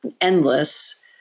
endless